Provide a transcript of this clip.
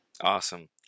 Awesome